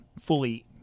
fully